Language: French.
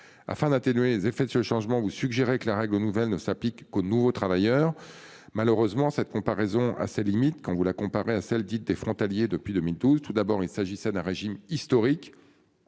afin d'atténuer les effets de ce changement vous suggérer que l'Arago nouvelle ne s'appliquent qu'aux nouveaux travailleurs. Malheureusement cette comparaison a ses limites quand vous la comparer à celle dite des frontaliers depuis 2000. Tout d'abord, il s'agissait d'un régime historique.